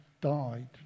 died